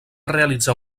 realitzar